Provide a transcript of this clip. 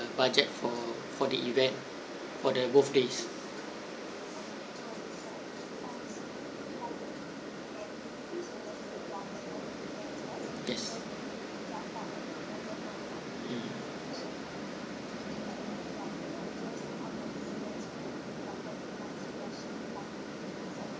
budget for for the event for the both days yes mm